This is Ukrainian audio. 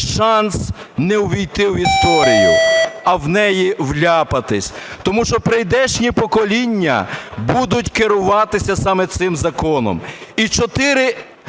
шанс не ввійти в історію, а в неї вляпатись? Тому що прийдешні покоління будуть керуватися саме цим законом. І 4